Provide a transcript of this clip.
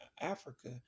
Africa